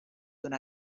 una